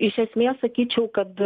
iš esmės sakyčiau kad